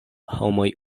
homoj